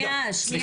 התיק